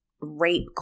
rape